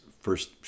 first